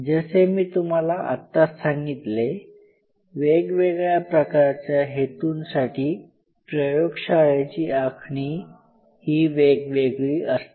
जसे मी तुम्हाला आत्ता सांगितले वेगवेगळ्या प्रकारच्या हेतूंसाठी प्रयोगशाळेची आखणी ही वेगवेगळी असते